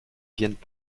viennent